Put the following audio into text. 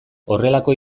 horrelako